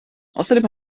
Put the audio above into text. außerdem